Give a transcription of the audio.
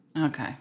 Okay